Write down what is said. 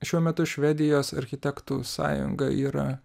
šiuo metu švedijos architektų sąjunga yra